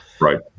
Right